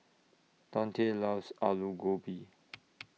Donte loves Alu Gobi